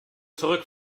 zurück